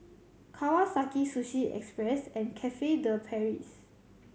Kawasaki Sushi Express and Cafe De Paris